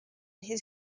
his